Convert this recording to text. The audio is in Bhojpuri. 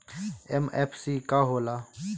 एम.एफ.सी का होला?